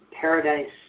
Paradise